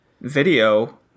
video